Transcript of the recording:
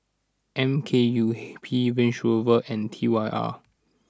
M K U P Range Rover and T Y R